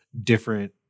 different